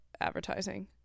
advertising